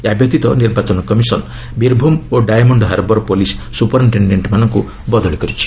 ଏହା ବ୍ୟତୀତ ନିର୍ବାଚନ କମିଶନ ବୀରଭୂମ୍ ଓ ଡାଏମଣ୍ଡ୍ ହାର୍ବର ପୁଲିସ୍ ସୁପରିନ୍ଟେଣ୍ଡଣ୍ଟ୍ମାନଙ୍କୁ ମଧ୍ୟ ବଦଳି କରିଛି